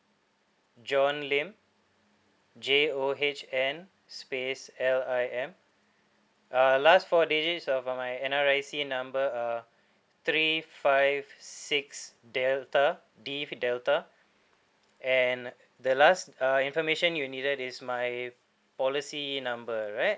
john lim J O H N space L I M uh last four digits of my N_R_I_C number uh three five six delta D delta and the last uh information you needed is my policy number right